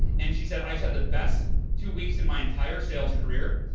and she said, i've had the best two weeks in my entire sales career.